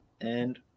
And-